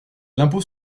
l’impôt